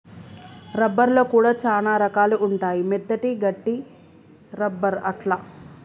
rubber లో కూడా చానా రకాలు ఉంటాయి మెత్తటి, గట్టి రబ్బర్ అట్లా